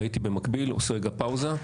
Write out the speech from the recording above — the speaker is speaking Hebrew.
והייתי במקביל עושה רגע פאוזה,